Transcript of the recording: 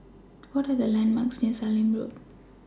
What Are The landmarks near Sallim Road